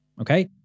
okay